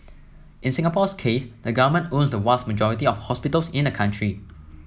in Singapore's case the government owns the vast majority of hospitals in the country